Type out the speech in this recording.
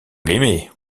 l’aimer